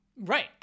Right